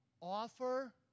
offer